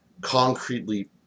concretely